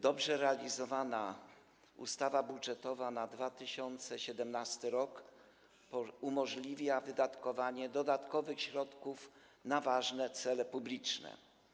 Dobrze realizowana ustawa budżetowa na 2017 r. umożliwia wydatkowanie dodatkowych środków na ważne cele publiczne.